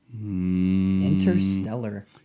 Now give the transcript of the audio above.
interstellar